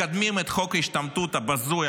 מקדמים את חוק ההשתמטות הבזוי,